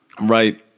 Right